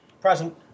present